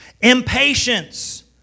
Impatience